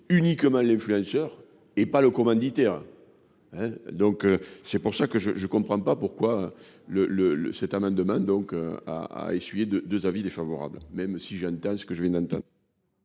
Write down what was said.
uniquement l'influenceur et pas le commanditaire. Donc c'est pour ça que je je comprends pas pourquoi le le le sept demain donc à a essuyé de 2 avis défavorables, même si j'entends ce que je viens d'entendre.